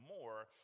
more